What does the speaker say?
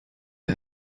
wir